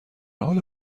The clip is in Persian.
حال